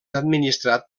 administrat